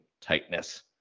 tightness